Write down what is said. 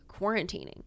quarantining